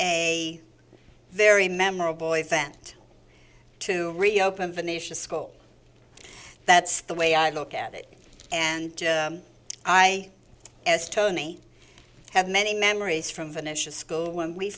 a very memorable event to reopen venetia school that's the way i look at it and i as tony had many memories from finishing school when we